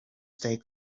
stay